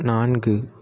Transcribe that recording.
நான்கு